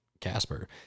Casper